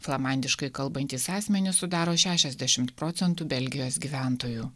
flamandiškai kalbantys asmenys sudaro šešiasdešimt procentų belgijos gyventojų